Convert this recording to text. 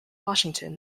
washington